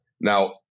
Now